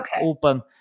open